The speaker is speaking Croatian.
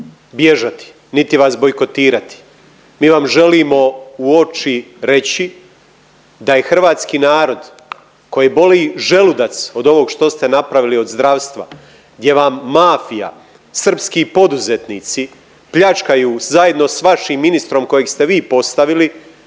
bježati, niti vas bojkotirati. Mi vam želimo u oči reći da je hrvatski narod kojeg boli želudac od ovog što ste napravili od zdravstva gdje vam mafija, srpski poduzetnici pljačkaju zajedno s vašim ministrom kojeg ste vi postavili